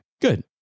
Good